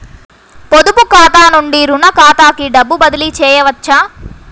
పొదుపు ఖాతా నుండీ, రుణ ఖాతాకి డబ్బు బదిలీ చేయవచ్చా?